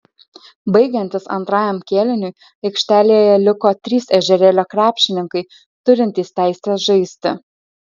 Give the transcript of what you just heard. baigiantis antrajam kėliniui aikštelėje liko trys ežerėlio krepšininkai turintys teisę žaisti